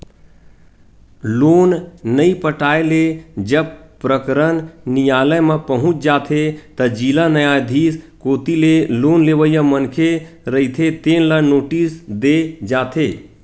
loan नइ पटाए ले जब प्रकरन नियालय म पहुंच जाथे त जिला न्यायधीस कोती ले लोन लेवइया मनखे रहिथे तेन ल नोटिस दे जाथे